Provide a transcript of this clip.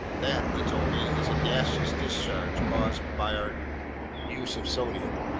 that, he told me, is a gaseous discharge caused by our use of sodium,